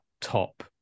top